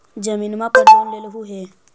जमीनवा पर लोन लेलहु हे?